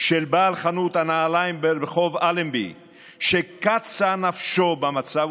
של בעל חנות הנעליים ברחוב אלנבי שקצה נפשו במצב,